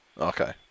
Okay